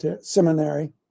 seminary